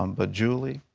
um but julie,